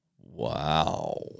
Wow